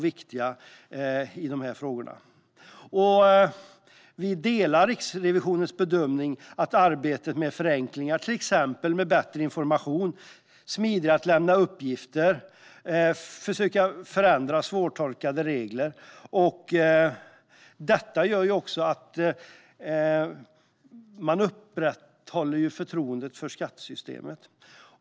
Vi delar Riksrevisionens bedömning att arbetet med förenklingar, till exempel att ge bättre information, hitta smidigare sätt att lämna uppgifter och att förändra svårtolkade regler, upprätthåller förtroendet för skattesystemet.